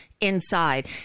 inside